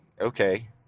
okay